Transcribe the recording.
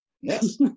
Yes